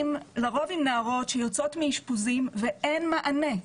לרוב עם נערות שיוצאות מאשפוזים ואין מענה.